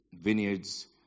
vineyards